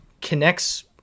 connects